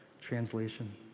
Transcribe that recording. translation